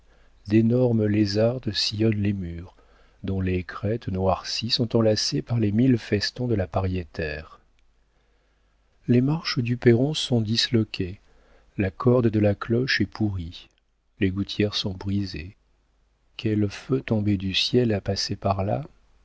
d'énormes lézardes sillonnent les murs dont les crêtes noircies sont enlacées par les mille festons de la pariétaire les marches du perron sont disloquées la corde de la cloche est pourrie les gouttières sont brisées quel feu tombé du ciel a passé par là